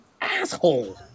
asshole